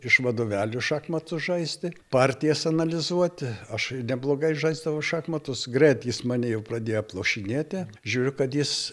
iš vadovelių šachmatų žaisti partijas analizuoti aš neblogai žaisdavau šachmatus greit jis mane jau pradėjo aplošinėti žiūriu kad jis